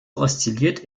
oszilliert